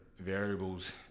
variables